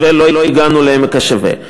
ולא הגענו לעמק השווה.